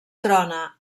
trona